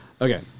Okay